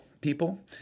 people